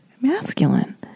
masculine